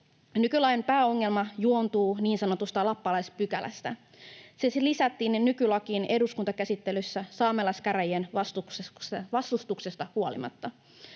Nykylain pääongelma juontuu niin sanotusta lappalaispykälästä. Se lisättiin nykylakiin eduskuntakäsittelyssä saamelaiskäräjien vastustuksesta huolimatta.